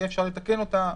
ויהיה אפשר לתקן אותה